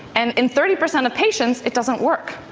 and in thirty percent of patients it doesn't work.